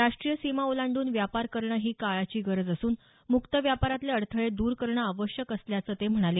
राष्ट्रीय सीमा ओलांडून व्यापार करणं ही काळाची गरज असून मुक्त व्यापारातले अडथळे दूर करणं आवश्यक असल्याचं ते म्हणाले